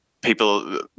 people